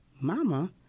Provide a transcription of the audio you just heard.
Mama